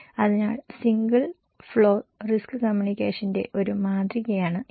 അതിനാൽ single flow risk കമ്മ്യൂണിക്കേഷന്റെ ഒരു മാതൃകയാണ് ഇത്